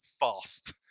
fast